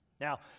Now